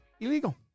Illegal